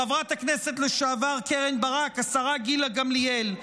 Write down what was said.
חברת הכנסת לשעבר קרן ברק והשרה גילה גמליאל.